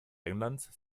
englands